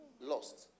Lost